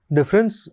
Difference